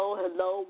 hello